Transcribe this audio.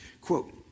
Quote